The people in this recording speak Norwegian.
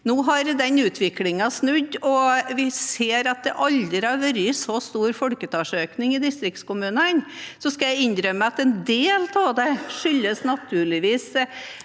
Nå har den utviklingen snudd, og vi ser at det aldri har vært så stor folketallsøkning i distriktskommunene. Jeg skal innrømme at en del av det naturligvis